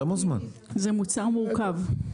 זה מוצר מורכב.